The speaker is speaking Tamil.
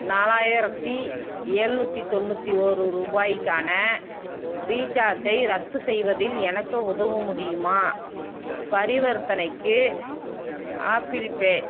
நாலாயிரத்தி ஏழ்நூத்தி தொண்ணூற்றி ஒரு ரூபாய்க்கான ரீசார்ஜை ரத்து செய்வதில் எனக்கு உதவ முடியுமா பரிவர்த்தனைக்கு ஆப்பிள் பே